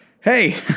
Hey